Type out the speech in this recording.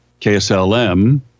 KSLM